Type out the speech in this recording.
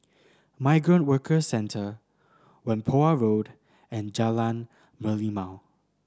Migrant Workers Centre Whampoa Road and Jalan Merlimau